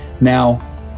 Now